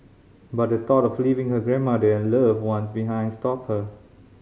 but the thought of leaving her grandmother and loved one behind stopped her